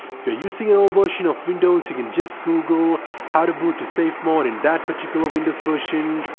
if are using an older version of windows you can just google how to boot to safe mode in that particular windows version.